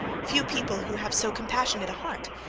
few people who have so compassionate a heart!